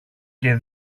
και